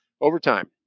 overtime